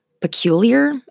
peculiar